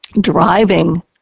driving